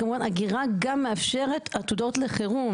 כמובן שאגירה גם מאפשרת עתודות לחירום,